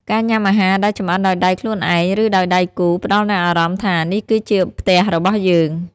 ការញ៉ាំអាហារដែលចម្អិនដោយដៃខ្លួនឯង ឬដោយដៃគូ ផ្តល់នូវអារម្មណ៍ថា "នេះគឺជាផ្ទះរបស់យើង"។